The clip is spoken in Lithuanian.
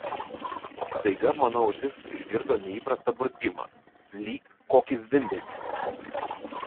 staiga mano ausis išgirdo neįprastą burzgimą lyg kokį zvimbesį